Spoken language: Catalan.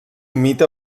mite